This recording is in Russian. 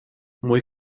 мой